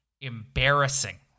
embarrassing